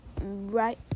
Right